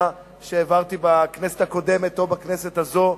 שהעברתי בכנסת הקודמת או בכנסת הזאת,